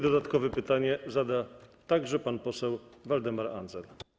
Dodatkowe pytanie zada także pan poseł Waldemar Andzel.